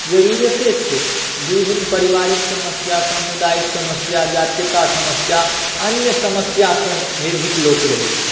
ज़रूरते छै विभिन्न पारिवारिक समस्या समुदायिक समस्या जातीयता समस्या अन्य समस्यासॅं निर्भीक लोक रहय छै